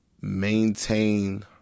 maintain